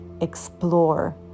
explore